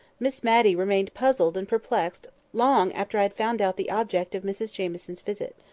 miss matty remained puzzled and perplexed long after i had found out the object of mrs jamieson's visit.